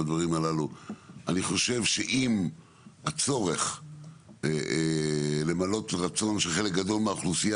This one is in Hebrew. אני חושב שאם הצורך למלא רצון של חלק גדול מהאוכלוסייה